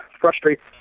frustrates